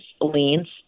leans